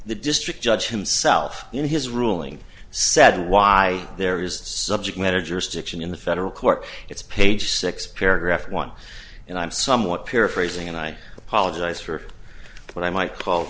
the district judge himself in his ruling said why there is subject matter jurisdiction in the federal court it's page six paragraph one and i'm somewhat paraphrasing and i apologize for what i might call